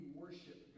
worship